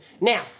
Now